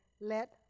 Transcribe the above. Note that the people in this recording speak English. Let